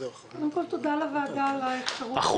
קודם כול, תודה לוועדה על האפשרות -- עוד כמה?